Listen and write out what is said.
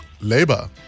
Labour